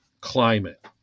climate